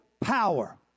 power